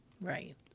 Right